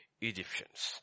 Egyptians